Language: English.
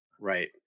right